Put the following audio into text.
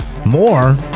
More